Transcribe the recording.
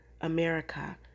America